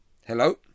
hello